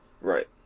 Right